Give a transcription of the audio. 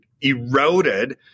eroded